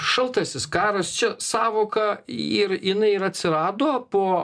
šaltasis karas čia sąvoka ir jinai ir atsirado po